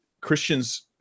Christians